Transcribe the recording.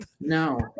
No